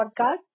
Podcast